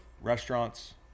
restaurants